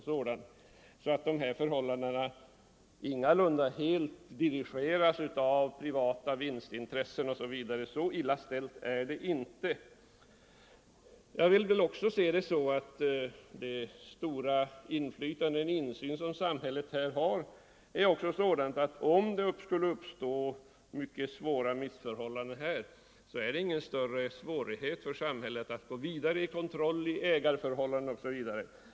Förhållandena på detta område dirigeras därför ingalunda helt av privata vinstintressen. Så illa ställt är det inte. Samhället har alltså stor insyn på detta område. Om det skulle uppstå mycket svåra missförhållanden så är det därför ingen större svårighet för samhället att gå vidare och skärpa kontrollen, ändra ägareförhållanden, osv.